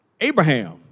Abraham